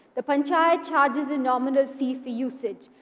the panchayat charges a nominal fee for usage.